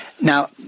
Now